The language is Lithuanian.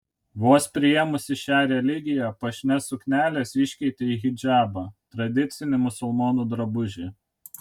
vos priėmusi šią religiją puošnias sukneles iškeitė į hidžabą tradicinį musulmonių drabužį